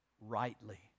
rightly